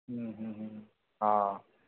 हा